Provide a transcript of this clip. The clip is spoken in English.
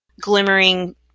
glimmering